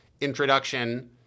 introduction